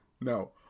no